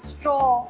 Straw